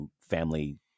family